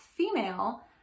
female